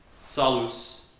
Salus